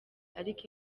ariko